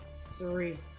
Three